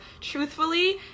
truthfully